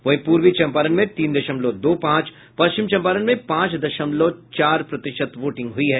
वहीं पूर्वी चंपारण में तीन दशमलव दो पांच पश्चिम चंपारण में पांच दशमलव चार प्रतिशत वोटिंग हुयी है